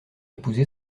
épousé